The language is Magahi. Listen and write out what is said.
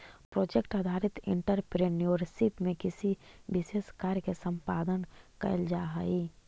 प्रोजेक्ट आधारित एंटरप्रेन्योरशिप में किसी विशेष कार्य के संपादन कईल जाऽ हई